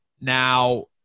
Now